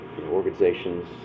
organizations